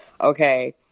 okay